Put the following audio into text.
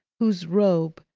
whose robe,